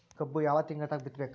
ಕಬ್ಬು ಯಾವ ತಿಂಗಳದಾಗ ಬಿತ್ತಬೇಕು?